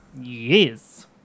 Yes